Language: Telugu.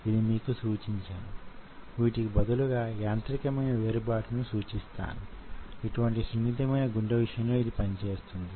యాక్టిన్ మ్యోసిన్ ఫిలమెంట్ ల మధ్య జరిగే స్లైడింగ్ మోషన్ మనం సంకోచం గురించి చెప్పుకొన్న వాటికి దారి తీస్తుంది